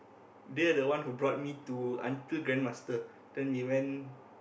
they are the one who brought me to until grandmaster then we ran